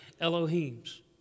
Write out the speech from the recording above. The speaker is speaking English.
Elohims